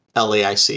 LAIC